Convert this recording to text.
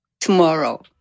tomorrow